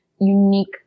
unique